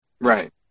Right